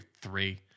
three